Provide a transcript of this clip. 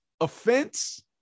offense